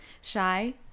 shy